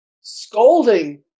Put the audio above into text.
scolding